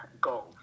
goals